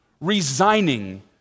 resigning